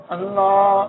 Allah